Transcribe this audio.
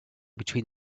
between